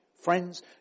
Friends